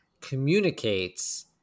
communicates